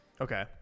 Okay